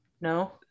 No